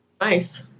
Nice